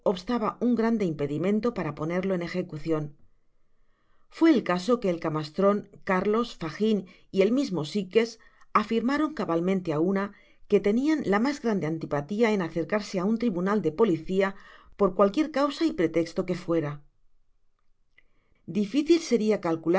un grande impedimento para ponerlo en ejecucion fué el caso que él camastron cárlos fagin y el mismo sikes afirmaron cabalmente á una que tenian la mas grande antipatia en acercarse á un tribunal de policia por cualquier causa y pretexto que fuera